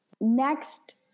next